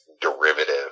derivative